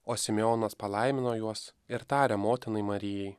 o simeonas palaimino juos ir tarė motinai marijai